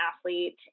athlete